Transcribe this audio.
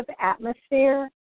atmosphere